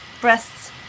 breasts